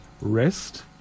rest